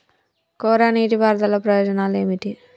కోరా నీటి పారుదల ప్రయోజనాలు ఏమిటి?